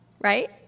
Right